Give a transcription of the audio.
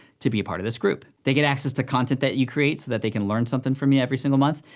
to be a part of this group. they get access to content that you create, so that they can learn somethin' from ya every single month,